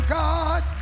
god